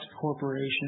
Corporation